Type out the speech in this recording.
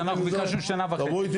אז אנחנו ביקשנו שנה וחצי.